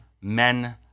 men